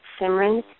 Simran